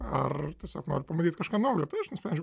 ar tiesiog noriu pamatyti kažką naujo tai aš nusprendžiau